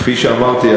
כפי שאמרתי,